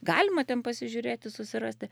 galima ten pasižiūrėti susirasti